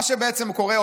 מה שקורה,